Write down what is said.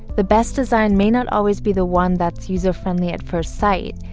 the best design may not always be the one that's user-friendly at first sight.